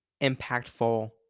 impactful